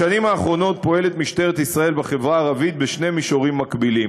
בשנים האחרונות פועלת משטרת ישראל בחברה הערבית בשני מישורים מקבילים: